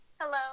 Hello